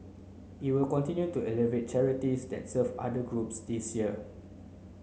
it will continue to evaluate charities that's serve other groups this year